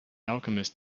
alchemist